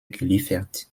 geliefert